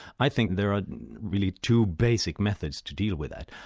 i think there are really two basic methods to deal with that.